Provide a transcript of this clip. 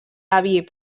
aviv